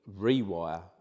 rewire